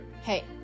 Hey